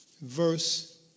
Verse